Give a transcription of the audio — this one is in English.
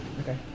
Okay